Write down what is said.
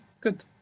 Good